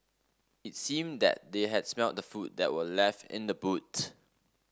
it seemed that they had smelt the food that were left in the boot